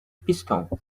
piston